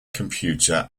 computer